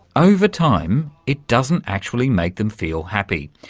over time it doesn't actually make them feel happy.